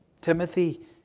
Timothy